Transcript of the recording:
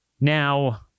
Now